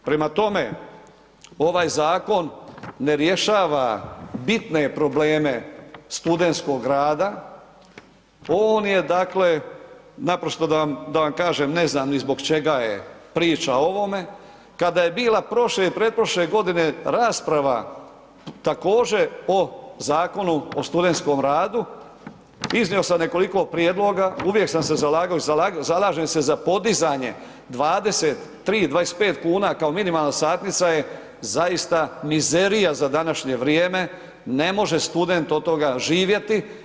Prema tome, ovaj zakon ne rješava bitne probleme studentskog rada, on je dakle naprosto da vam kažem, ne znam ni zbog čega je priča o ovome kada je bila prošle i pretprošle godine rasprava također, o Zakonu o studentskom radu, iznio sam nekoliko prijedloga, uvijek sam se zalagao i zalažem se za podizanje, 23, 25 kuna kao minimalna satnica je zaista mizerija za današnje vrijeme, ne može student od toga živjeti.